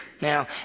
Now